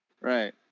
Right